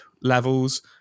levels